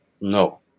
no